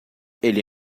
ele